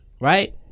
right